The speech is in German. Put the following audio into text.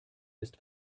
ist